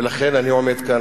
ולכן אני עומד כאן,